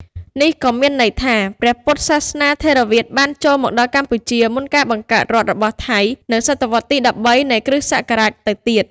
នេះក៏មានន័យថា ព្រះពុទ្ធសាសនាថេរវាទបានចូលមកដល់កម្ពុជាមុនការបង្កើតរដ្ឋរបស់ថៃនៅសតវត្សរ៍ទី ១៣ នៃគ្រិស្តសករាជទៅទៀត។